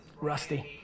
Rusty